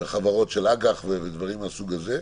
מאוד לחברות של אג"ח ודברים מן הסוג הזה.